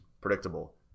predictable